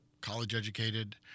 college-educated